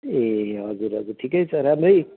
ए हजुर हजुर ठिकै छ राम्रै